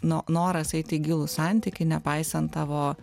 no noras eiti į gilų santykį nepaisant tavo